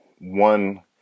one